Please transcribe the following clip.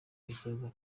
risoza